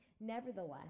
Nevertheless